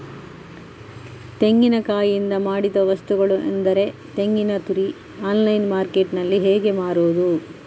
ತೆಂಗಿನಕಾಯಿಯಿಂದ ಮಾಡಿದ ವಸ್ತುಗಳು ಅಂದರೆ ತೆಂಗಿನತುರಿ ಆನ್ಲೈನ್ ಮಾರ್ಕೆಟ್ಟಿನಲ್ಲಿ ಹೇಗೆ ಮಾರುದು?